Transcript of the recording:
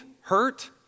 hurt